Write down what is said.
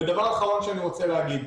דבר אחרון שאני רוצה להגיד,